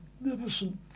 magnificent